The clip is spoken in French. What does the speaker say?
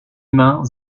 mains